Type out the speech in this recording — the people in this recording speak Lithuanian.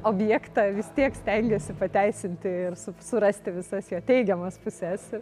objektą vis tiek stengiasi pateisinti ir su surasti visas jo teigiamas puses